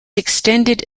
extended